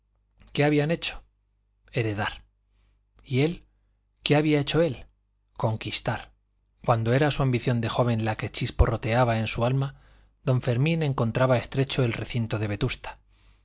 qué habían hecho heredar y él qué había hecho él conquistar cuando era su ambición de joven la que chisporroteaba en su alma don fermín encontraba estrecho el recinto de vetusta